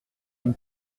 une